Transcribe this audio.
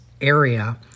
area